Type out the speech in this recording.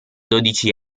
dodici